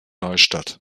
neustadt